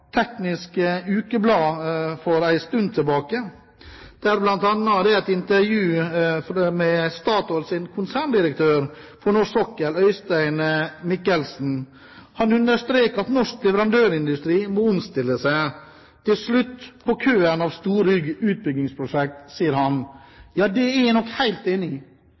et intervju med Statoils konserndirektør for norsk sokkel, Øystein Michelsen. Han «understreker at norsk leverandørindustri må omstille seg. Det er slutt på køen av store utbyggingsprosjekter, sier han». Ja, det er jeg helt enig i.